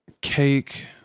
cake